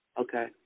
Okay